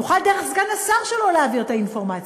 נוכל דרך סגן השר שלו להעביר את האינפורמציה.